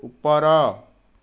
ଉପର